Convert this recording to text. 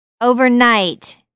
Overnight